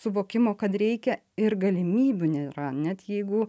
suvokimo kad reikia ir galimybių nėra net jeigu